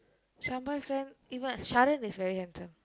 Shaan boy friend இவன்:ivan Sharan is very handsome